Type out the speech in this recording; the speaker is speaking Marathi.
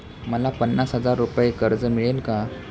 मला पन्नास हजार रुपये कर्ज मिळेल का?